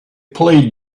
play